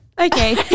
okay